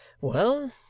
Well